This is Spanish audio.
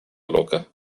loca